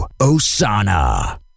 Osana